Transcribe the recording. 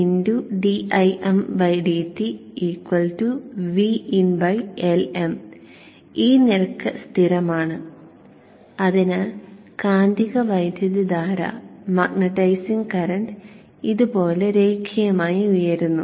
dimdt Vin Lm ഈ നിരക്ക് സ്ഥിരമാണ് അതിനാൽ കാന്തിക വൈദ്യുതധാര ഇതുപോലെ രേഖീയമായി ഉയരുന്നു